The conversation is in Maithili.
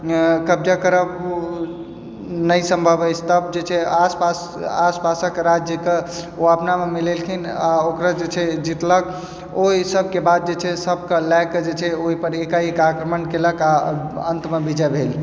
कब्जा करब नहि सम्भव अछि तब जे छै आस पास आस पासक राज्यके ओ अपनामे मिलेलखिन आ ओकरा जे छै जीतलक ओहिसभके बाद जे छै सभके लए कऽ जे छै ओहिपर एकाएक आक्रमण कयलक आ अन्तमे विजय भेल